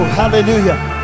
hallelujah